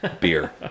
beer